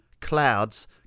Clouds